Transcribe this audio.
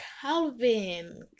Calvin